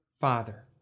Father